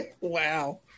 Wow